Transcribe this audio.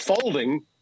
folding